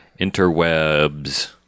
interwebs